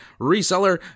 reseller